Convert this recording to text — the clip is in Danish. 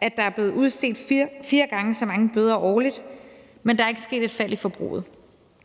at der er blevet udstedt fire gange så mange bøder årligt, men der er ikke sket et fald i forbruget.